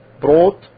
brought